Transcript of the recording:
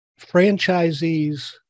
franchisees